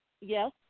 Yes